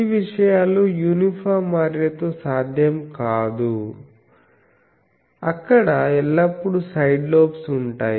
ఈ విషయాలు uniform array తో సాధ్యం కాదు అక్కడ ఎల్లప్పుడూ సైడ్ లోబ్స్ ఉంటాయి